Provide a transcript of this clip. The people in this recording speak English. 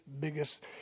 biggest